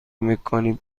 مکانیک